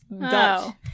Dutch